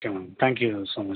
okay madam thank you so much